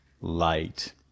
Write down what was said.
light